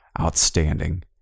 outstanding